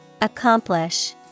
Accomplish